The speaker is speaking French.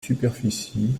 superficie